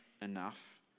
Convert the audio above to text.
enough